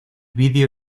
video